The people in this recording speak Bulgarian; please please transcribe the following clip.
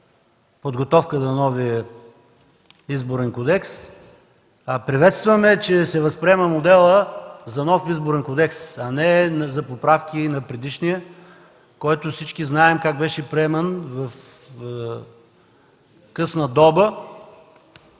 подготовка за новия Изборен кодекс. Приветстваме, че се възприема моделът за нов Изборен кодекс, а не за поправки на предишния, който всички знаем как беше приеман в късна доба.